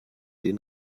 den